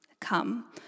Come